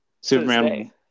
Superman